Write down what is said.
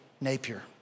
Napier